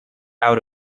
out